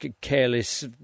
careless